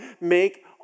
make